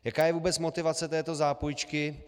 Jaká je vůbec motivace této zápůjčky?